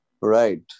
right